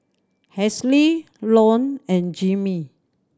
Halsey Lone and Jimmy